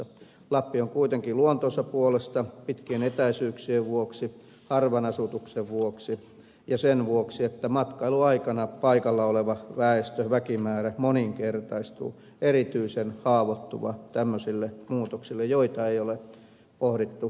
lappi on kuitenkin luontonsa puolesta pitkien etäisyyksien vuoksi harvan asutuksen vuoksi ja sen vuoksi että matkailuaikana paikalla oleva väestön väkimäärä moninkertaistuu erityisen haavoittuva tämmöisille muutoksille joita ei ole pohdittu loppuun asti